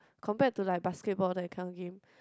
compared to like basketball that kind of game